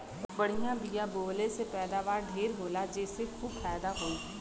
बढ़िया बिया बोवले से पैदावार ढेर होला जेसे खूब फायदा होई